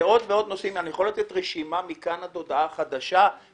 ואני יכול לתת רשימה מכאן ועד הודעה חדשה של דברים כאלה.